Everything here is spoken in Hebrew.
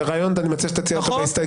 זה רעיון, אני מציע שתציע אותו כהסתייגויות.